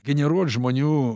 generuot žmonių